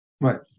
Right